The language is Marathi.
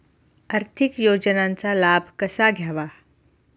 आर्थिक योजनांचा लाभ कसा घ्यावा?